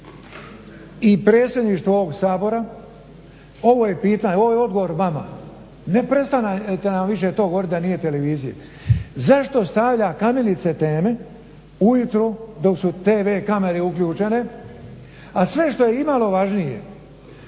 i predsjedništvo ovog Sabora ovo je pitanje, ovo je odgovor vama, prestanite nam više govoriti to da nije televizije, zašto stavlja "kamilice" teme ujutro dok su tv kamere uključene, a sve što je imalo važnije